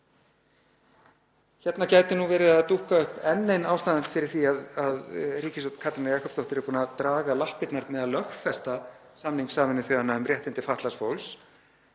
Hérna gæti verið að dúkka upp enn ein ástæðan fyrir því að ríkisstjórn Katrínar Jakobsdóttur er búin að draga lappirnar með að lögfesta samning Sameinuðu þjóðanna um réttindi fatlaðs fólks,